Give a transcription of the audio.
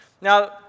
Now